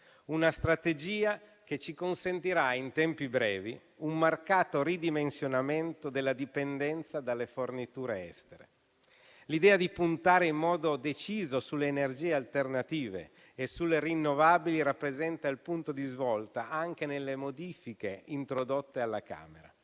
una strategia che ci consentirà in tempi brevi un marcato ridimensionamento della dipendenza dalle forniture estere. L'idea di puntare in modo deciso sulle energie alternative e sulle rinnovabili rappresenta il punto di svolta anche nelle modifiche introdotte alla Camera: